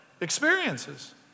experiences